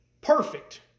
perfect